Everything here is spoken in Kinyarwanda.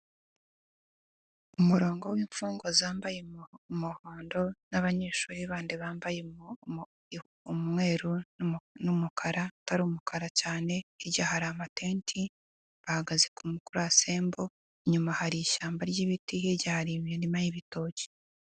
Umurongo w'imfungwa zambaye umuhondo n'abanyeshuri bandi bambaye umweru n'umukara utari umukara cyane, hirya hari amatenti, bahagaze kuri asembo, inyuma hari ishyamba ry'ibiti, hirya hari imirima y'ibitoki.